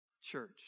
church